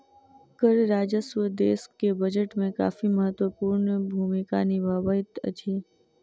कर राजस्व देश के बजट में काफी महत्वपूर्ण भूमिका निभबैत अछि